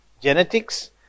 genetics